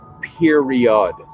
period